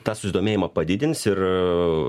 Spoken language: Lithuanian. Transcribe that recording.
tą susidomėjimą padidins ir